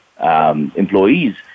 employees